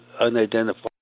unidentified